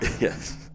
Yes